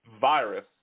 virus